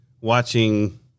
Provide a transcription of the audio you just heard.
watching